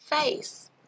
face